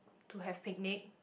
to have picnic